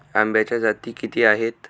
आंब्याच्या जाती किती आहेत?